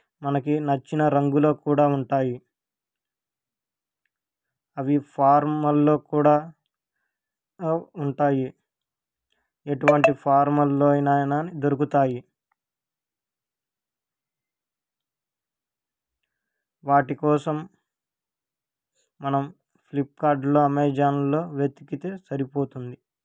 మనకి నచ్చిన రంగులో కూడా ఉంటాయి అవి ఫార్మల్లో కూడా ఉంటాయి ఎటువంటి ఫార్మల్లో అయినా దొరుకుతాయి వాటికోసం మనం ఫ్లిప్కార్ట్లో అమెజాన్లో వెతికితే సరిపోతుంది